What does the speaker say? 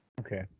Okay